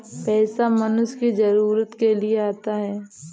पैसा मनुष्य की जरूरत के लिए आता है